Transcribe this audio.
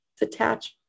attachment